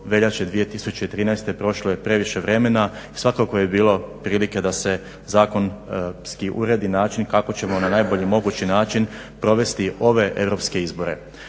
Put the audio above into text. veljače 2013. prošlo je previše vremena i svakako je bilo prilike da se zakonski uredi način kako ćemo na najbolji mogući način provesti ove europske izbore.